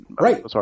right